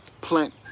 plant